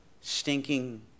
Stinking